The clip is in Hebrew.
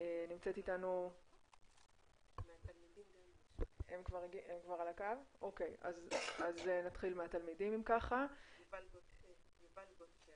יובל גולדקר